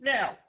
Now